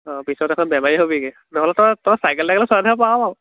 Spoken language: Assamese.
অঁ পিছত এইখন বেমাৰী হ'বিগৈ নহ'লে তই চাইকেল তাইকেলো চলাই থাকিব পাৰ